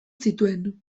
zituen